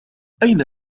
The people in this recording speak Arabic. أين